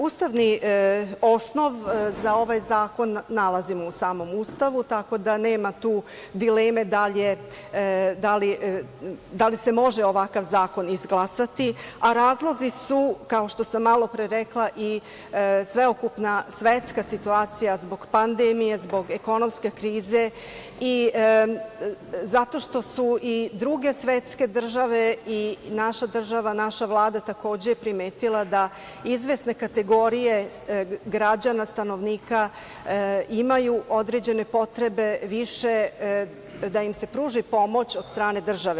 Ustavni osnov za ovaj zakon nalazimo u samom Ustavu, tako da nema tu dileme da li se može ovakav zakon izglasati, a razlozi su, kao što sam malopre rekla, i sveukupna svetska situacija zbog pandemije, zbog ekonomske krize i zato što su i druge svetske države i naša država, naša vlada takođe primetila da izvesne kategorije građana, stanovnika imaju određene potrebe više da im se pruži pomoć od strane države.